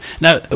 Now